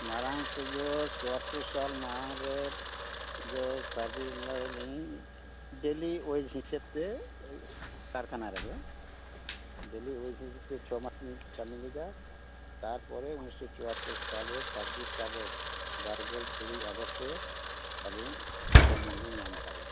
ᱢᱟᱲᱟᱝ ᱛᱮᱫᱚ ᱪᱩᱭᱟᱛᱛᱳᱨ ᱥᱟᱞ ᱢᱟᱲᱟᱝ ᱨᱮ ᱫᱚ ᱥᱟᱨᱵᱷᱤᱥ ᱞᱮᱫᱟᱞᱤᱧ ᱰᱮᱞᱤ ᱳᱭ ᱦᱤᱥᱟᱹᱵᱽ ᱛᱮ ᱠᱟᱨᱠᱷᱟᱱᱟ ᱨᱮᱜᱮ ᱰᱮᱞᱤ ᱳᱭ ᱦᱤᱥᱟᱹᱵᱽ ᱛᱮ ᱪᱷᱚ ᱢᱟᱥ ᱞᱤᱧ ᱠᱟᱹᱢᱤ ᱞᱮᱫᱟ ᱛᱟᱨᱯᱚᱨᱮ ᱩᱱᱤᱥᱥᱚ ᱪᱩᱭᱟᱛᱛᱳᱨ ᱥᱟᱞ ᱨᱮ ᱪᱷᱟᱵᱽᱵᱤᱥ ᱟᱜᱚᱥᱴ ᱵᱟᱨᱜᱮᱞ ᱛᱩᱨᱩᱭ ᱟᱜᱚᱥᱴ ᱨᱮ ᱟᱹᱞᱤᱧ ᱮᱯᱚᱭᱢᱮᱱᱴ ᱞᱤᱧ ᱧᱟᱢ ᱟᱠᱟᱫᱟ